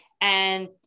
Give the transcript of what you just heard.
And-